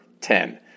ten